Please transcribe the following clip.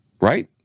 right